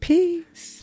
Peace